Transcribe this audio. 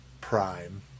Prime